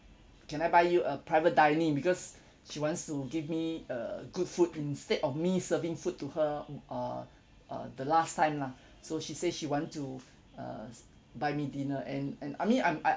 can I buy you uh private dining because she wants to give me uh good food instead of me serving food to her uh uh the last time lah so she say she want to uh buy me dinner and and I mean I'm I'm